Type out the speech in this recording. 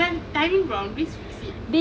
you have a timing problem please fix it